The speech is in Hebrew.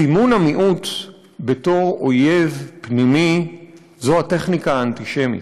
סימון המיעוט בתור אויב פנימי זאת הטכניקה האנטישמית.